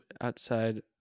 outside